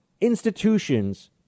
institutions